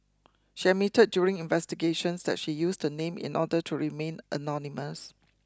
she admitted during investigations that she used the name in order to remain anonymous